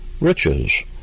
riches